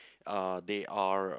uh they are